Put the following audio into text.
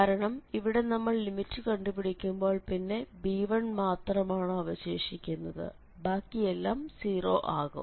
കാരണം ഇവിടെ നമ്മൾ ലിമിറ്റ് കണ്ടുപിടിക്കുമ്പോൾ പിന്നെ b1 മാത്രമാണ് അവശേഷിക്കുന്നത് ബാക്കിയെല്ലാം 0 ആകും